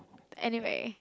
anyway